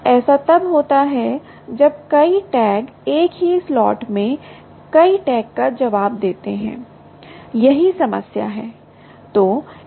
ऐसा तब होता है जब कई टैग एक ही स्लॉट में कई टैग का जवाब देते हैं यही समस्या है